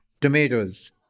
tomatoes